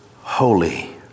Holy